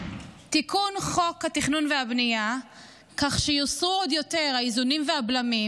תיקון חוק התכנון והבנייה כך שיוסרו עוד יותר האיזונים והבלמים,